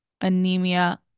anemia